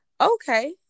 okay